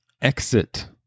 exit